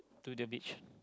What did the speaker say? to the beach